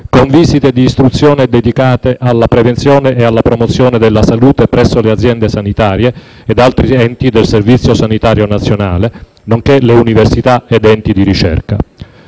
con visite di istruzione dedicate alla prevenzione e alla promozione della salute presso le aziende sanitarie e altri enti del Servizio sanitario nazionale, nonché università ed enti di ricerca.